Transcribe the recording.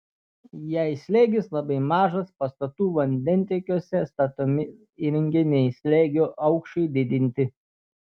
jei slėgis labai mažas pastatų vandentiekiuose statomi įrenginiai slėgio aukščiui didinti